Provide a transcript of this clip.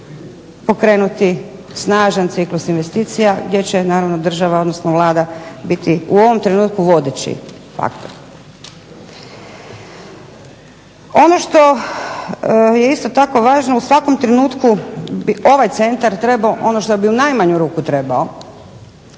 pokrenuti snažan ciklus investicija gdje će naravno država, odnosno Vlada biti u ovom trenutku vodeći faktor. Ono što je isto tako važno u svakom trenutku bi ovaj centar trebao ono što bi u najmanju ruku trebao